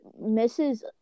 misses